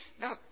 Now